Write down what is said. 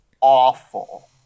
awful